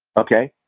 okay,